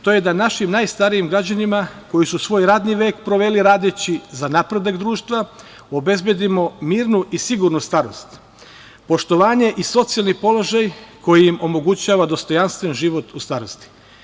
To je da našim najstarijim građanima koji su svoj radni vek proveli radeći za napredak društva obezbedimo mirnu i sigurnu starost, poštovanje i socijalni položaj koji omogućava dostojanstven život u starosti.